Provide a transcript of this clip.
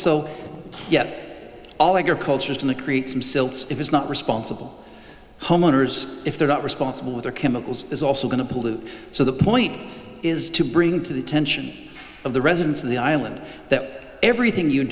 so yes all of our cultures and to create themselves if it's not responsible homeowners if they're not responsible for their chemicals is also going to pollute so the point is to bring to the attention of the residents of the island that everything you